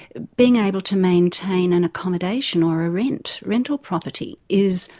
being able to maintain and accommodation or a rental rental property is.